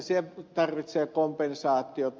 se tarvitsee kompensaatiota